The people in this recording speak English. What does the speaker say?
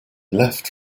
left